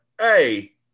Hey